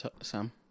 Sam